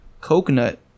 coconut